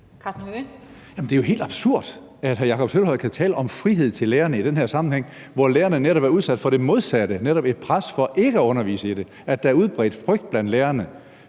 helt absurd, at hr. Jakob Sølvhøj kan tale om frihed til lærerne i den her sammenhæng, hvor lærerne netop er udsat for det modsatte, altså et pres for ikke at undervise i det, og at der er en udbredt frygt blandt lærerne